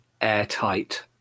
airtight